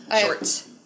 Shorts